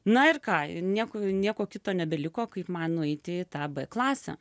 na ir ką ir nieko nieko kito nebeliko kaip man nueiti į tą b klasę